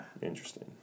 Interesting